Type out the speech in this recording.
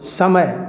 समय